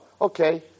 Okay